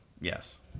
yes